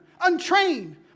untrained